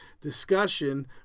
discussion